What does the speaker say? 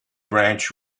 branch